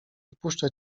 wpuszczę